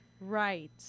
Right